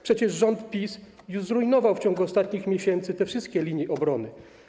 Przecież rząd PiS zrujnował w ciągu ostatnich miesięcy wszystkie linie obrony.